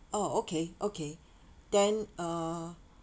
oh okay okay then uh